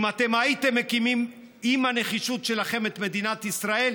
אם אתם הייתם מקימים עם הנחישות שלכם את מדינת ישראל,